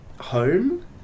home